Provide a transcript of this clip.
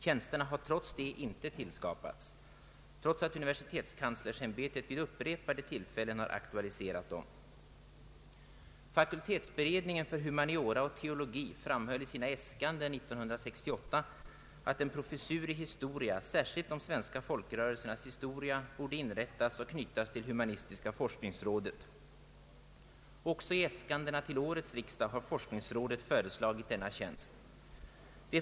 Tjänsterna har trots det inte tillskapats, och ändå har universitetskanslersämbetet vid upprepade tillfällen aktualiserat inrättandet av dem. Fakultetsberedningen för humaniora och teologi framhöll i sina äskanden 1968/69 att en professur i historia, särskilt de svenska folkrörelsernas historia, borde inrättas och knytas till humanistiska forskningsrådet. Också i äskandena till årets riksdag har forskningsrådet föreslagit denna tjänst.